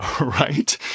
right